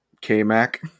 K-Mac